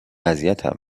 اذیتم